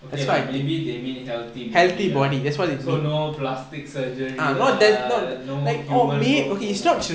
okay lah maybe they mean healthy body lah so no plastic surgery lah no human growth hormone